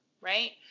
right